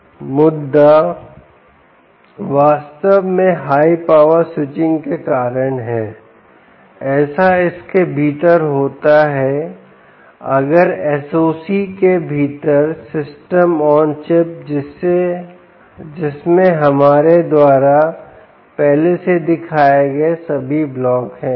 मुद्दा वास्तव में हाई पावर स्विचिंग के कारण है ऐसा इसके भीतर होता है अगर SOC के भीतरसिस्टम ऑन चिप जिसमें हमारे द्वारा पहले से दिखाए गए सभी ब्लॉक हैं